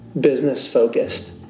business-focused